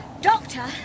Doctor